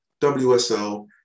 WSL